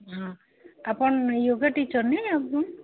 ହଁ ଆପଣ ୟୋଗା ଟିଚର ନାଇଁ ଆପଣ